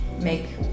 make